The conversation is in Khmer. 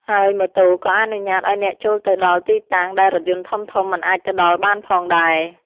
ហើយម៉ូតូក៏អនុញ្ញាតឱ្យអ្នកចូលទៅដល់ទីតាំងដែលរថយន្តធំៗមិនអាចទៅដល់បានផងដែរ។